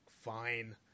fine